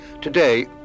Today